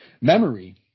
Memory